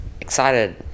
Excited